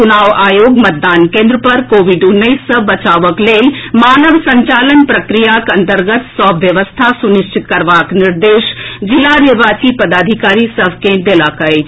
चुनाव आयोग मतदान केन्द्र पर कोविड उन्नैस सऽ बचावक लेल मानव संचालन प्रक्रियाक अन्तर्गत सभ व्यवस्था सुनिश्चित करबाक निर्देश जिला निर्वाची पदाधिकारी सभ के देलक अछि